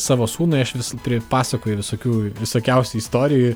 savo sūnui aš vis pripasakoju visokių visokiausių istorijų